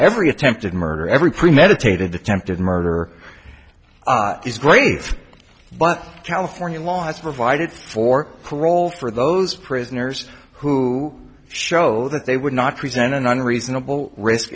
every attempted murder every premeditated attempted murder is great but california law has provided for parole for those prisoners who show that they would not present an unreasonable risk